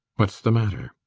whats the matter?